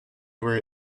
were